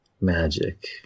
magic